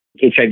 HIV